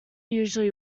usually